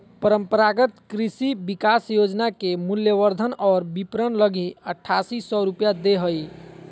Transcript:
परम्परागत कृषि विकास योजना के मूल्यवर्धन और विपरण लगी आठासी सौ रूपया दे हइ